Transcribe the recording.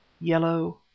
Yellow